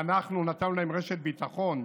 שאנחנו נתנו להם רשת ביטחון,